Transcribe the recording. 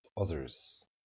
others